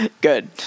Good